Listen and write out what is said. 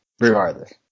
Regardless